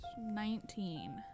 Nineteen